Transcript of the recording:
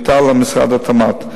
יוטל על משרד התמ"ת.